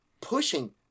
pushing